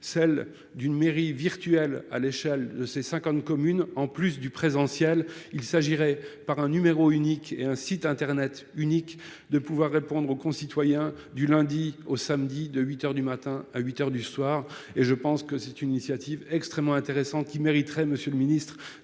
celle d'une mairie virtuel à l'échelle de ces 50 communes en plus du présentiel. Il s'agirait par un numéro unique et un site internet unique de pouvoir répondre aux concitoyens du lundi au samedi, de 8h du matin à 8h du soir et je pense que c'est une initiative extrêmement intéressante qui mériterait, Monsieur le Ministre,